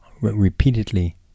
repeatedly